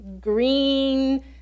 green